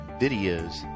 videos